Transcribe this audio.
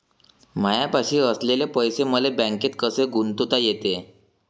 मायापाशी असलेले पैसे मले बँकेत कसे गुंतोता येते?